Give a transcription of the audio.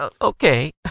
okay